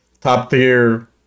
top-tier